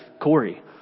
Corey